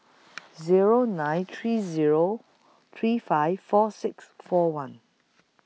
Zero nine three Zero three five four six four one